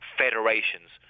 federations